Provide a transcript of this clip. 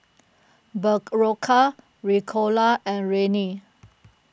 Berocca Ricola and Rene